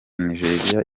nigeria